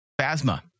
Phasma